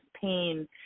pain